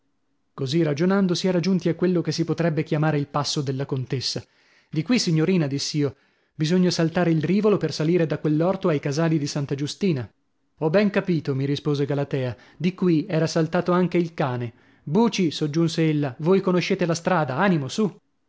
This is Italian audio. così ragionando si era giunti a quello che si potrebbe chiamare il passo della contessa di qui signorina diss'io bisogna saltare il rivolo per salire da quell'orto ai casali di santa giustina ho ben capito mi rispose galatea di qui era saltato anche il cane buci soggiunse ella voi conoscete la strada animo su